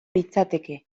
litzateke